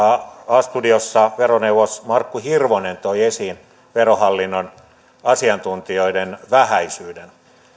a studiossa veroneuvos markku hirvonen toi esiin verohallinnon asiantuntijoiden vähäisyyden